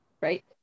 Right